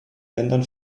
ländern